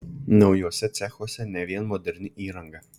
naujuose cechuose ne vien moderni įranga